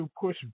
push